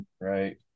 right